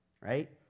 right